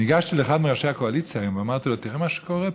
ניגשתי לאחד מראשי הקואליציה היום ואמרתי לו: תראה מה שקורה פה.